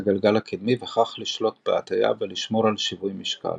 הגלגל הקדמי וכך לשלוט בהטיה ולשמור על שיווי משקל.